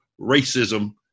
racism